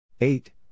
Eight